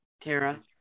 Tara